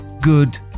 good